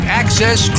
access